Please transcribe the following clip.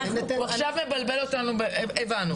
הבנו.